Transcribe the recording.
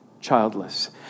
childless